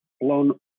blown